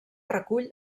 recull